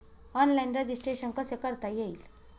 Online registration कसे करता येईल?